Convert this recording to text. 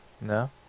No